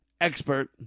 expert